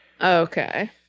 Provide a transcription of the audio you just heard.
okay